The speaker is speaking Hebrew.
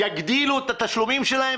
יגדילו את התשלומים שלהם?